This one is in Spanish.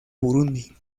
burundi